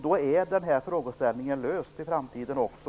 Då är problemet löst inför framtiden också.